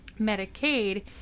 Medicaid